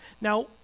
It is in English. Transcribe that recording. Now